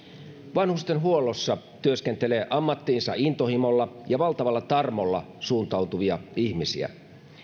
vanhustenhuollossa työskentelee ammattiinsa intohimolla ja valtavalla tarmolla suuntautuvia ihmisiä